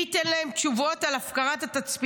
מי ייתן להם תשובות על הפקרת התצפיתניות,